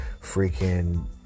freaking